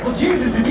jesus,